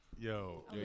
Yo